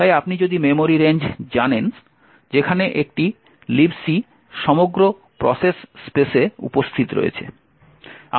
তাই আপনি যদি মেমোরি রেঞ্জ জানেন যেখানে একটি Libc সমগ্র প্রসেস স্পেসে উপস্থিত রয়েছে